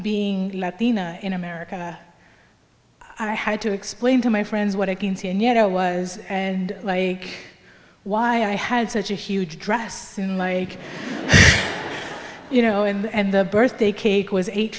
being latina in america i had to explain to my friends what i can see and you know was and like why i had such a huge dress and like you know and the birthday cake was eight